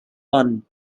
bun